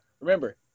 remember